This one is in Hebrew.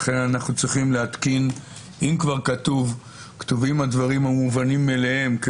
אם כבר כתובים הדברים המובנים מאליהם,